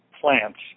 plants